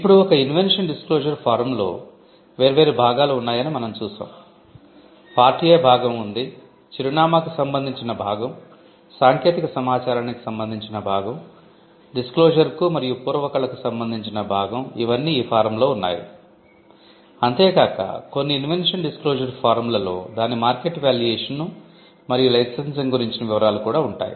ఇప్పుడు ఒక invention disclosure ఫారంలలో దాని మార్కెట్ వాల్యుయేషన్ మరియు లైసెన్సింగ్ గురించిన వివరాలు కూడా ఉంటాయి